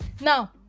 now